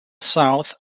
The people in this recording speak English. south